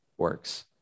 works